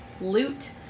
loot